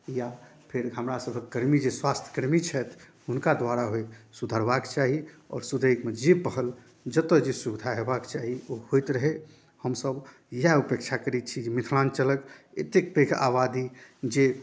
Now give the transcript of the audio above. या फेर हमरा सबके कर्मी जे स्वास्थयकर्मी छथि हुनका द्वारा होइ सुधारबाके चाही आओर सुधरैमे जे पहल जतौ जे सुविधा हेबाके चाही ओ होइत रहै हमसब इएह उपेक्षा करै छी जे मिथिलाञ्चलक एतेक पैघ आबादी जे